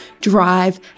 drive